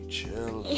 chill